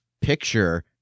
picture